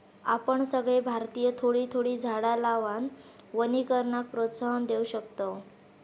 आपण सगळे भारतीय थोडी थोडी झाडा लावान वनीकरणाक प्रोत्साहन देव शकतव